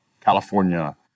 California